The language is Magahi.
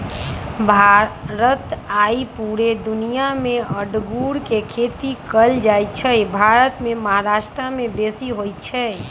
भारत आऽ पुरे दुनियाँ मे अङगुर के खेती कएल जाइ छइ भारत मे महाराष्ट्र में बेशी होई छै